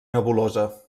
nebulosa